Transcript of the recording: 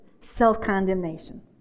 self-condemnation